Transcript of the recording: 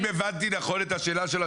אם הבנתי נכון את השאלה שלה,